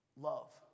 love